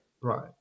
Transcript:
right